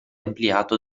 ampliato